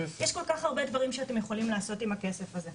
יש כל כך הרבה דברים שאתם יכולים לעשות עם הכסף הזה.